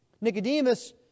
Nicodemus